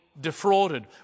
defrauded